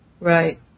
Right